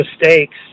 mistakes